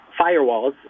firewalls